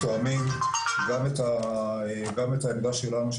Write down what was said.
תואמים גם את העמדה שלנו,